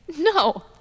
No